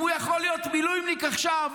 אם הוא יכול להיות מילואימניק עכשיו,